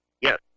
Yes